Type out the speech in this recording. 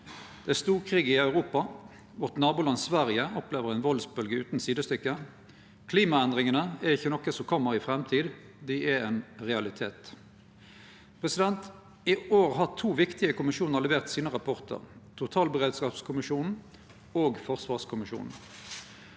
Det er storkrig i Europa. Vårt naboland Sverige opplever ei valdsbølgje utan sidestykke. Klimaendringane er ikkje noko som kjem i framtida – dei er ein realitet. I år har to viktige kommisjonar levert sine rapportar: totalberedskapskommisjonen og forsvarskommisjonen.